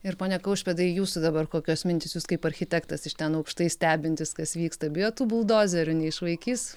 ir pone kaušpėdai jūsų dabar kokios mintys jus kaip architektas iš ten aukštai stebintis kas vyksta bijot tų buldozerių neišvaikys